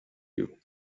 you